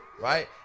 Right